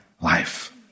life